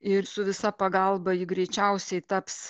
ir su visa pagalba ji greičiausiai taps